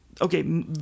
okay